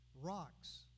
Rocks